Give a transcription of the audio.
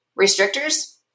Restrictors